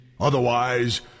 Otherwise